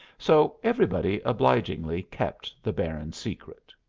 so everybody obligingly kept the baron's secret.